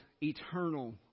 eternal